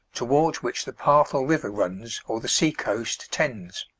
towards which the path or river runs, or the sea-coast tends?